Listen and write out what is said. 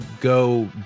go